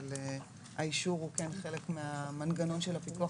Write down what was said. אבל האישור הוא כן חלק מהמנגנון של הפיקוח